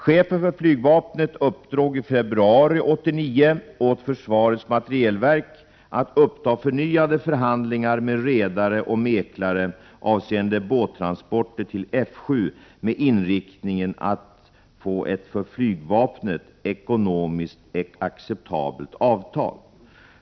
Chefen för flygvapnet uppdrog i februari 1989 åt försvarets materielverk att uppta förnyade förhandlingar med redare och mäklare avseende båttransporter till F 7 med inriktning att få ett för flygvapnet ekonomiskt acceptabelt avtal.